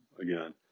again